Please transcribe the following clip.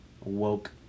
woke